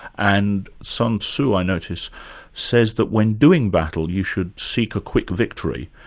and sun tzu i notice says that when doing battle you should seek a quick victory,